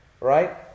right